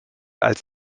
als